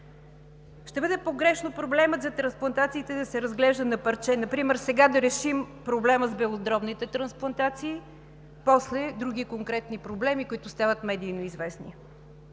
Ще бъде погрешно проблемът за трансплантациите да се разглежда на парче, например сега да решим проблема с белодробните трансплантации, после – други конкретни проблеми, които стават медийно известни.